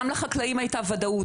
גם לחקלאים הייתה ודאות.